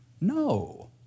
No